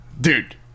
Dude